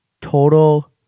Total